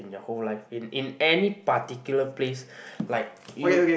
in your whole life in in any particular place like you